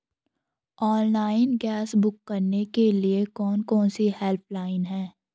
Online gas book करने के लिए कौन कौनसी हेल्पलाइन हैं?